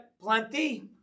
plenty